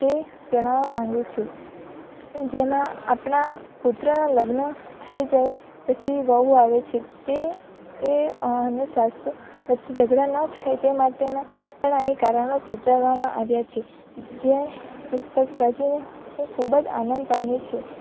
તે જણાવવા માંગું છું જેમાં આપણા પુત્રના લગ્ન થઈ જાય પછી વહુ આવે છે તે તે સાસુ વચ્ચે ઝઘડા ન થાય તે માટેના પણ અહીં કારણો સૂચવવામાં આવ્યા છે જે પુસ્તક વાંચીને હું ખૂબ જ આનંદ પામી છું